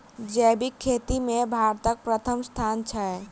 जैबिक खेती मे भारतक परथम स्थान छै